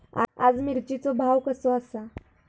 आज मिरचेचो भाव कसो आसा?